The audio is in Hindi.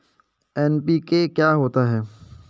एन.पी.के क्या होता है?